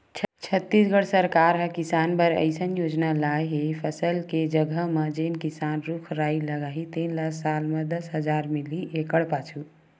छत्तीसगढ़ सरकार ह किसान बर अइसन योजना लाए हे फसल के जघा म जेन किसान रूख राई लगाही तेन ल साल म दस हजार मिलही एकड़ पाछू